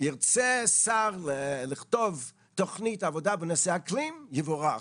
ירצה שר לכתוב תוכנית עבודה בנושא אקלים, יבורך.